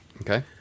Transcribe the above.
Okay